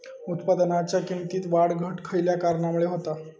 उत्पादनाच्या किमतीत वाढ घट खयल्या कारणामुळे होता?